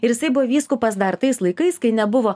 ir jisai buvo vyskupas dar tais laikais kai nebuvo